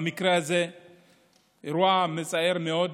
במקרה הזה היה אירוע מצער מאוד.